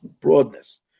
Broadness